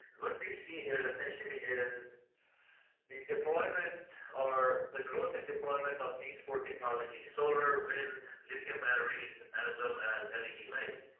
what we see here essentially is the deployment, or the growth in deployment of these four technologies solar, wind, lithium batteries as well as led lights.